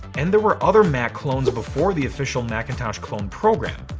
and there were other mac clones before the official macintosh clone program.